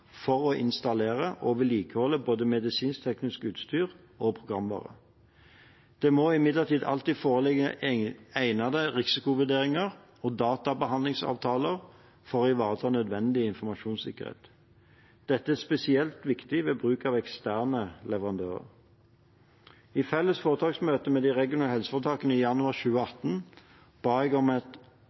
for å installere og vedlikeholde både medisinsk-teknisk utstyr og programvare. Det må imidlertid alltid foreligge egnede risikovurderinger og databehandleravtaler for å ivareta nødvendig informasjonssikkerhet. Dette er spesielt viktig ved bruk av eksterne leverandører. I felles foretaksmøte med de regionale helseforetakene i januar 2018 ba jeg om at